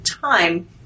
time